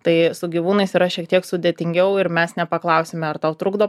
tai su gyvūnais yra šiek tiek sudėtingiau ir mes nepaklausėme ar tau trukdo